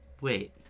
Wait